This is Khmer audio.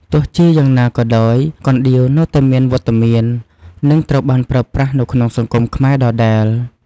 ទោះជាយ៉ាងណាក៏ដោយ កណ្ដៀវនៅតែមានវត្តមាន និងត្រូវបានប្រើប្រាស់នៅក្នុងសង្គមខ្មែរដដែល។